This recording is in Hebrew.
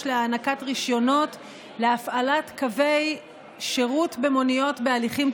הוא רוצה לשמוע אותי יותר, זה לא עונש.